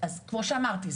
אז כמו שאמרתי,